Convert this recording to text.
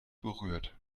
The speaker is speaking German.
berührt